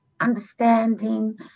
understanding